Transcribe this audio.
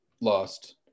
lost